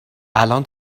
الان